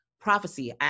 Prophecy